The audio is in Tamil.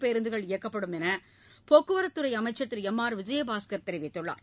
பேருந்துகள் இயக்கப்படும் என்று போக்குவரத்து துறை அமைச்சர் திரு எம் ஆர் விஜயபாஸ்கள் தெரிவித்தார்